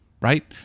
right